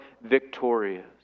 victorious